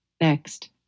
Next